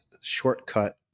shortcut